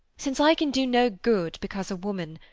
since i can do no good because a woman,